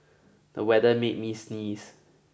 the weather made me sneeze